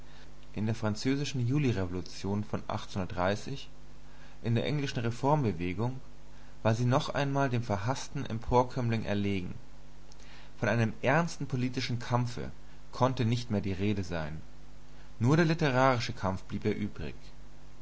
in der französischen junirevolution von in der englischen reformbewegung war sie noch einmal dem verhaßten emporkömmling erlegen von einem ernsten politischen kampfe konnte nicht mehr die rede sein nur der literarische kampf blieb ihr übrig